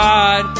God